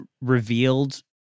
revealed